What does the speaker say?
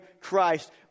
Christ